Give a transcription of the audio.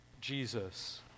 Jesus